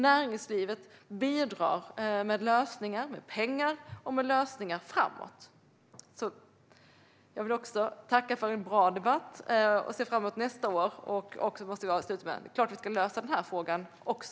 Näringslivet bidrar också med pengar och med lösningar framåt. Jag vill också tacka för en bra debatt. Jag ser fram emot nästa år och vill avsluta med att säga: Det är klart att vi ska lösa den här frågan också.